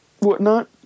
whatnot